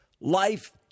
life